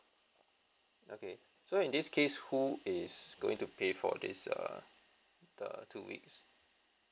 okay so in this case who is going to pay for this uh the two weeks